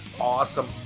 awesome